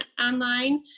online